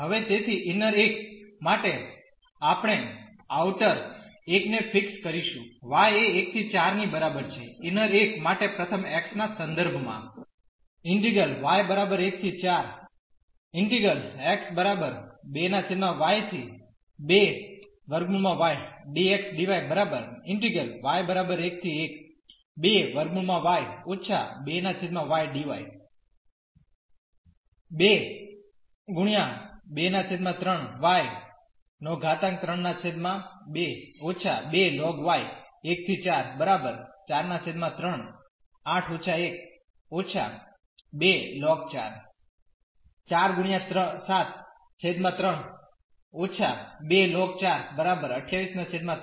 તેથી ઇન્નર એક માટે આપણે આઉટર એક ને ફીક્સ કરીશું y એ 1¿ 4 ની બરાબર છે ઇન્નર એક માટે પ્રથમ x ના સંદર્ભ માં